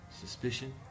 Suspicion